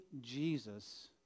Jesus